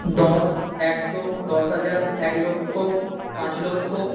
দশ একশো দশ হাজার এক লক্ষ পাঁচ লক্ষ